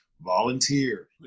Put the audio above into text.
volunteer